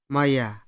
Maya